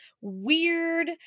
weird